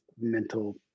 mental